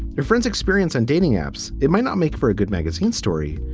your friend's experience and dating apps. it might not make for a good magazine story,